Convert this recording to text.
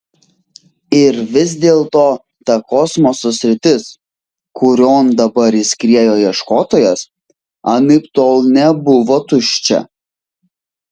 ir vis dėlto ta kosmoso sritis kurion dabar įskriejo ieškotojas anaiptol nebuvo tuščia